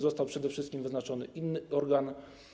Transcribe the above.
Został przede wszystkim wyznaczony inny organ.